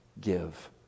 give